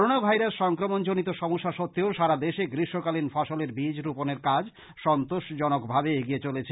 corona virus সংক্রমণ জনিত সমস্যা সত্ত্বেও সারা দেশে গ্রীষ্মককালীন ফসলের বীজ রোপনের কাজ সন্তোষজনকভাবে এগিয়ে চলেছে